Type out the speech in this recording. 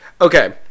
okay